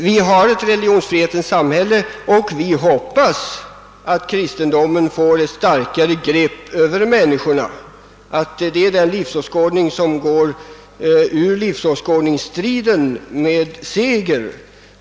Vi har ett religionsfrihetens samhälle, och man får hoppas att kristendomen skall erhålla ett starkare grepp över människorna och bli den livsåskådning, som går ur livsåskådningsstriden med seger.